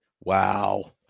wow